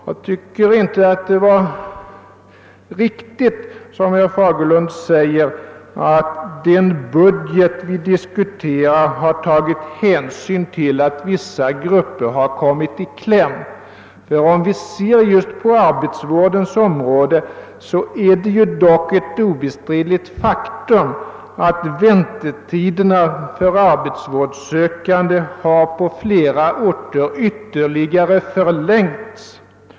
Jag tycker inte att herr Fagerlund har rätt i att den budget vi diskuterar har tagit hänsyn till att vissa grupper har kommit i kläm. Det är dock ett obestridligt faktum att väntetiderna just för arbetsvårdssökande på flera orter har ytterligare förlängts.